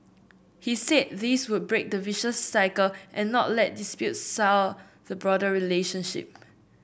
he said this would break the vicious cycle and not let disputes sour the broader relationship